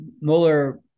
Mueller